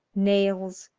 nails,